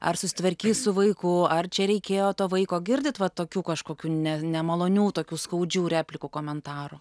ar susitvarkys su vaiku ar čia reikėjo to vaiko girdit va tokių kažkokių ne nemalonių tokių skaudžių replikų komentarų